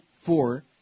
four